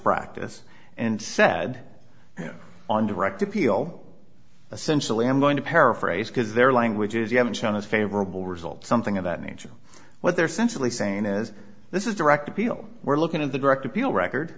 practice and said on direct appeal essentially i'm going to paraphrase because their languages you haven't shown us favorable result something of that nature what they're sensibly saying is this is direct appeal we're looking at the direct appeal record